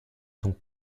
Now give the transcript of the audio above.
ton